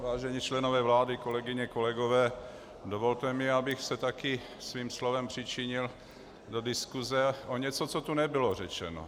Vážení členové vlády, kolegyně, kolegové, dovolte mi, abych se také svým slovem přičinil do diskuse o něco, co tu nebylo řečeno.